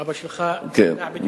אבא שלך יודע בדיוק מה אמרתי.